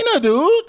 dude